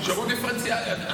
שירות דיפרנציאלי.